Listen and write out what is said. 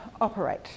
operate